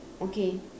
okay